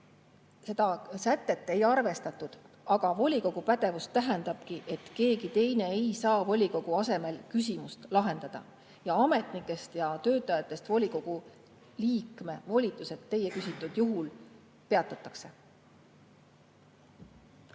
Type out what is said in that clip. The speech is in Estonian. seda sätet ei arvestatud. Aga volikogu pädevus tähendabki, et keegi teine ei saa volikogu asemel küsimust lahendada. Ametnikust ja töötajast volikogu liikme volitused teie küsitud juhul peatatakse.